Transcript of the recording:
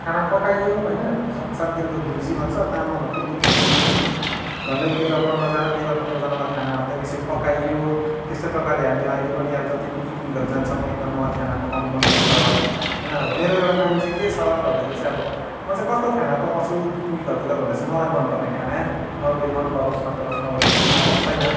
खाना पकाइयो होइन सात सात दिनको धुँजी भन्छ तामाङहरूको बुद्धिष्टहरूको त्यसमा झन्डै तेह्र पन्ध्रजना तेह्र पन्ध्रजनालाई खाना हप्तैपछि पकाइयो त्यस्तै प्रकारले हामी अहिले पनि अब जति पनि पिकनिकहरू जान्छौँ एकदम मलाई खाना पकाउनु मनपर्छ होइन अब मेरो एउटा बानी चाहिँ के छ भन्दाखेरि चाहिँ अब म चाहिँ कस्तो खाना पकाउँछु पिकनिकहरूतिर भन्दाखेरि चाहिँ मलाई मनपर्ने खाना अरूले मन पराओस् नपराओस् मलाई त्यसको मतलब छैन